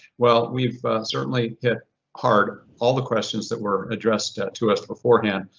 well, we've certainly hit hard all the questions that were addressed to us beforehand.